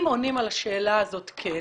אם עונים על השאלה הזאת בחיוב,